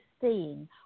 seeing